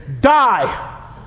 Die